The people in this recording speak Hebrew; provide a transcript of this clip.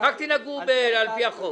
רק תנהגו על פי החוק.